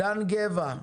ברוך פוקס.